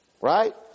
Right